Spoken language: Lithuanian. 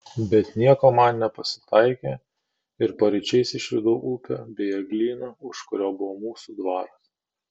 bet nieko man nepasitaikė ir paryčiais išvydau upę bei eglyną už kurio buvo mūsų dvaras